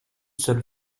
seule